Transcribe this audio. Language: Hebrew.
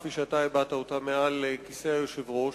כפי שהבעת אותה מעל כיסא היושב-ראש.